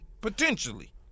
Potentially